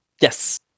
Yes